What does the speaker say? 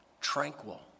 Tranquil